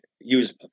use